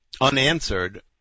unanswered